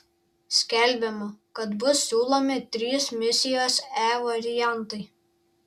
skelbiama kad bus siūlomi trys misijos e variantai